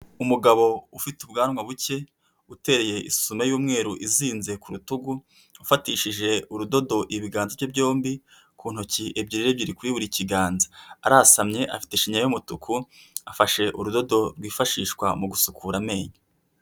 Umugabo ufite ubwanwa buke uteye isume y'umweru izinze ku rutugu, ufatishije urudodo ibiganza bye byombi, ku ntoki ebyiri ebyiri kuri buri kiganza, arasamye afite shinya y'umutuku, afashe urudodo rwifashishwa mu gusukura amenyo.